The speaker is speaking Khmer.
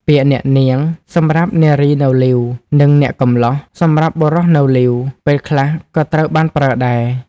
ពាក្យ អ្នកនាង សម្រាប់នារីនៅលីវ និង អ្នកកំលោះ សម្រាប់បុរសនៅលីវ ពេលខ្លះក៏ត្រូវបានប្រើដែរ។